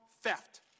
theft